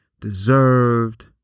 deserved